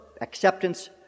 acceptance